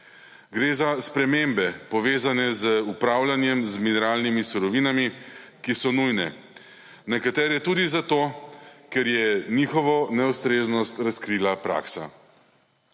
Gre za spremembe povezane z upravljanjem z mineralnimi surovinami, ki so nujne, nekatere tudi zato, ker je njihovo neustreznost razkrila praksa.